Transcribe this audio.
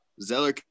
Zeller